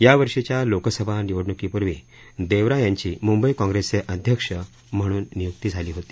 यावर्षीच्या लोकसभा निवडणुकीपूर्वी देवरा यांची मुंबई काँग्रेसचे अध्यक्ष म्हणून निय्क्ती झाली होती